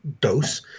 dose